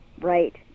Right